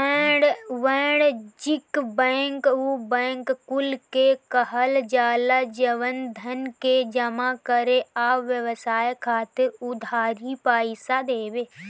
वाणिज्यिक बैंक उ बैंक कुल के कहल जाला जवन धन के जमा करे आ व्यवसाय खातिर उधारी पईसा देवे